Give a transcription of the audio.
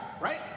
right